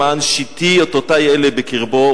למען שִתִי אֹתֹתי אלה בקרבו,